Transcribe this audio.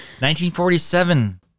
1947